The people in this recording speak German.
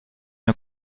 nur